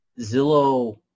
Zillow